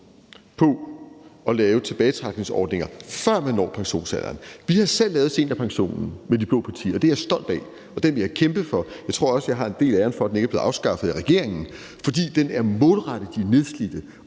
på at lave tilbagetrækningsordninger, før man når pensionsalderen. Vi har selv lavet seniorpensionen med de blå partier, og det er jeg stolt af, og den vil jeg kæmpe for. Jeg tror også, jeg har en del af æren for, at den ikke er blevet afskaffet af regeringen. For den er målrettet de nedslidte,